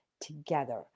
together